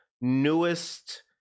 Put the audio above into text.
newest